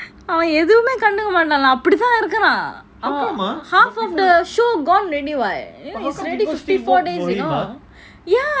அவன் ஏதுமே கண்டுக்க மாட்டிங்குறான் அவன் அப்பிடி தான் இருக்கான்:avan yaethumey kanduka maatinguran avan apidi thaan irukan half of the show gone already [what] you know it's already fifty four days you know ya that's the thing